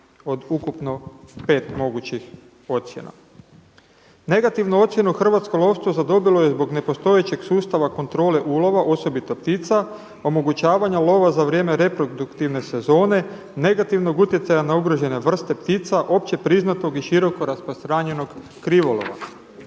od ukupno 5 mogućih ocjena. Negativnu ocjenu hrvatsko lovstvo zadobilo je zbog nepostojećeg sustava kontrole ulova osobito ptica, omogućavanje lova za vrijeme reproduktivne sezone, negativnog utjecaja na ugrožene vrste ptica, opće priznatog i široko rasprostranjenog krivolova.